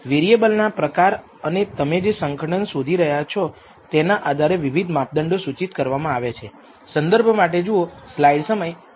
variable ના પ્રકાર અને તમે જે સંગઠન શોધી રહ્યા છો તેના આધારે વિવિધ માપ દંડો સૂચિત કરવામાં આવેલા છે